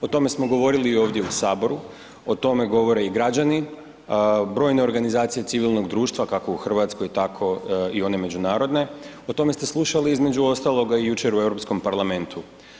O tome smo govorili ovdje u Saboru, o tome govore i građani, brojne organizacije civilnog društva kako u Hrvatskoj tako i one međunarodne, o tome ste slušali između ostaloga jučer u Europskom parlamentu.